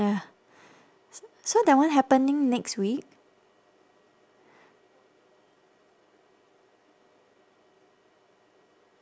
ya s~ so that one happening next week